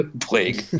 plague